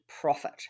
profit